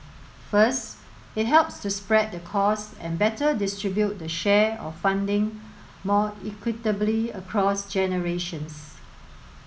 first it helps to spread the costs and better distribute the share of funding more equitably across generations